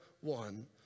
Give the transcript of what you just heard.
one